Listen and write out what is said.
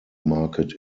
market